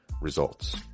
Results